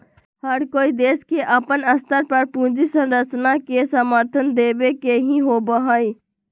हर कोई देश के अपन स्तर पर पूंजी संरचना के समर्थन देवे के ही होबा हई